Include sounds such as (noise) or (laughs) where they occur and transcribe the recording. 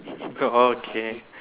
(laughs) okay